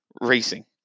racing